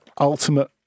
ultimate